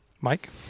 Mike